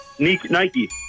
Nike